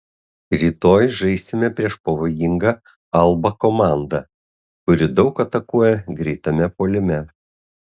rytoj žaisime prieš pavojingą alba komandą kuri daug atakuoja greitame puolime